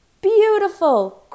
beautiful